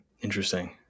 Interesting